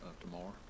tomorrow